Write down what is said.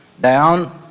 down